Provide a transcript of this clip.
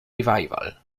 revival